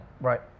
Right